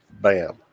bam